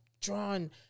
drawn